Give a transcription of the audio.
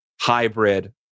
hybrid